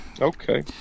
Okay